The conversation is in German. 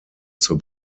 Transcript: zur